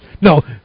No